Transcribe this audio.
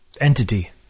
entity